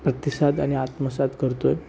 प्रतिसाद आणि आत्मसात करतो आहे